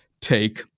take